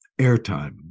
airtime